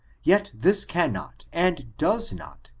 yet this cannot, and does not,